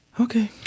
Okay